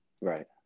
Right